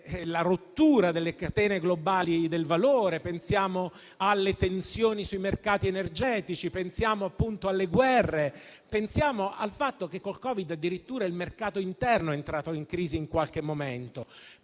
alla rottura delle catene globali del valore; pensiamo alle tensioni sui mercati energetici; pensiamo alle guerre; pensiamo al fatto che con il Covid addirittura il mercato interno è entrato in crisi in qualche momento.